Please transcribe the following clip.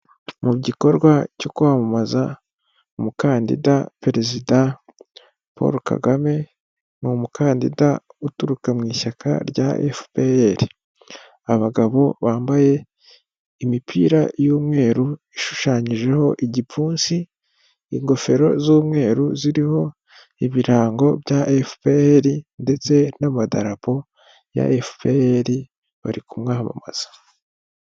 Mu gikorwa cyo kwamamaza umukandida perezida Paul Kagame, ni umukandida uturuka mu ishyaka rya FPR, abagabo bambaye imipira y'umweru ishushanyijeho igipfunsi, ingofero z'umweru ziriho ibirango bya FPR, ndetse n'amadarapo ya FPR bari kumwamamaza.